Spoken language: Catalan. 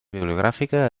bibliogràfica